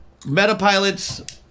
Metapilots